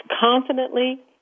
confidently